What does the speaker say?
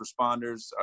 responders